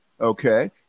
Okay